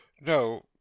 No